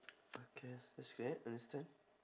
okay that's fair understand